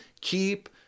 keep